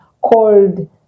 called